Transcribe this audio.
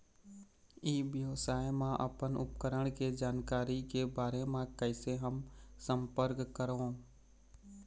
ई व्यवसाय मा अपन उपकरण के जानकारी के बारे मा कैसे हम संपर्क करवो?